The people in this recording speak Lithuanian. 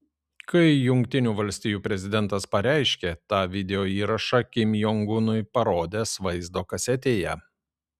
kai jungtinių valstijų prezidentas pareiškė tą videoįrašą kim jong unui parodęs vaizdo kasetėje